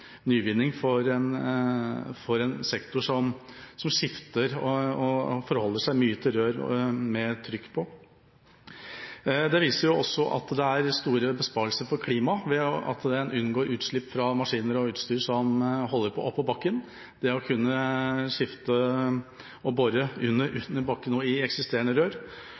nyvinning for en sektor som skifter og forholder seg mye til rør med trykk i. Det viser også at det gir store besparelser for klima ved at man unngår utslipp fra maskiner og utstyr oppå bakken, man kan skifte og bore under bakken og i eksisterende rør.